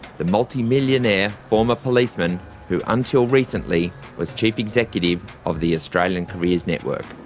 the multi-millionaire former policeman who until recently was chief executive of the australian careers network.